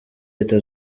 leta